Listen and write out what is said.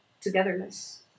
togetherness